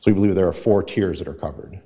i believe there are four tears that are covered